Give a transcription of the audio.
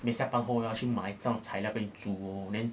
每下班后要去买那种材料可以煮 then